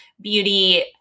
beauty